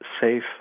safe